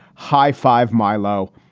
high five, my low,